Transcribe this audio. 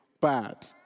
bad